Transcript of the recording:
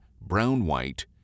brown-white